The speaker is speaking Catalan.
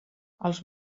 els